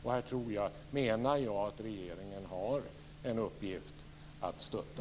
Här menar jag att regeringen har en uppgift i att stötta.